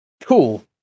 Cool